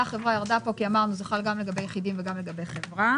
"חברה" ירדה כאן כי אמרנו שזה חל גם לגבי יחידים וגם לגבי חברה.